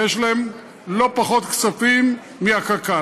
ויש להם לא פחות כספים מהקק"ל.